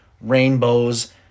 rainbows